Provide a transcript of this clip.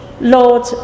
Lord